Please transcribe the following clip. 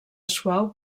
suau